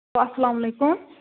اسلامُ علیکُم